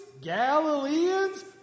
Galileans